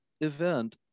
event